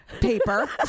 paper